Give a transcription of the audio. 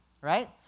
Right